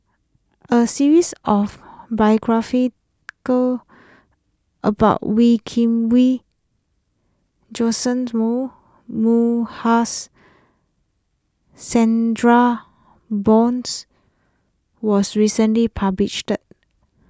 a series of biograph go about Wee Kim Wee Johnson's Moo Moo Chandra Bose was recently published